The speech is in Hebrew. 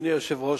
אדוני היושב-ראש,